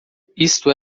isto